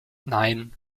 nein